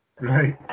Right